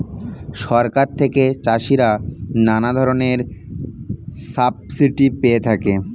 সরকার থেকে চাষিরা নানা ধরনের সাবসিডি পেয়ে থাকে